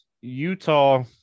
Utah